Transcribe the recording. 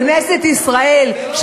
בכנסת ישראל,